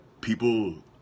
people